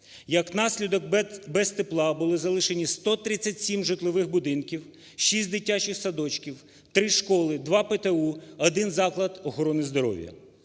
Як наслідок, без тепла були залишені 137 житлових будинків, 6 дитячих садочків, 3 школи, 2 ПТУ, 1 заклад охорони здоров'я.